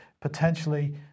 Potentially